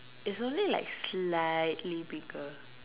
it's only like slightly bigger